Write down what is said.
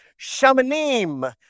Shamanim